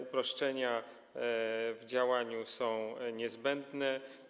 Uproszczenia w działaniu są niezbędne.